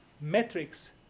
metrics